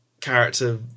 character